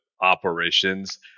operations